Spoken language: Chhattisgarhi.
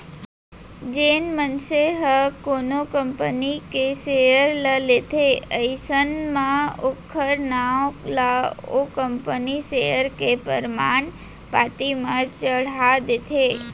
जेन मनसे ह कोनो कंपनी के सेयर ल लेथे अइसन म ओखर नांव ला ओ कंपनी सेयर के परमान पाती म चड़हा देथे